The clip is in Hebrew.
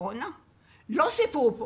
לא סיפרו פה